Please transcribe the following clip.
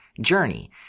journey